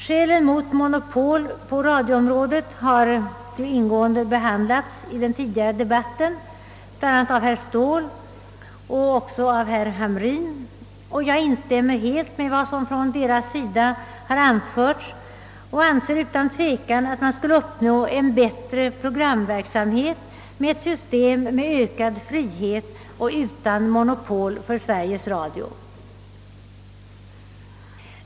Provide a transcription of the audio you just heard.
Skälen mot monopol på radioområdet har ingående behandlats i den tidigare debatten av bland andra herrar Ståhl och Hamrin i Jönköping. Jag instämmer helt med vad som från deras sida har anförts och anser att man otvivelaktigt skulle åstadkomma en bättre programverksamhet genom ett system med ökad frihet och utan monopol för Sveriges Radio.